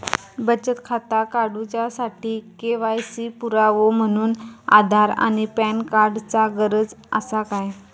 बचत खाता काडुच्या साठी के.वाय.सी पुरावो म्हणून आधार आणि पॅन कार्ड चा गरज आसा काय?